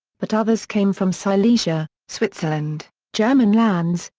but others came from silesia, switzerland, german lands,